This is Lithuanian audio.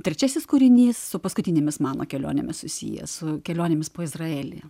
trečiasis kūrinys su paskutinėmis mano kelionėmis susijęs su kelionėmis po izraelį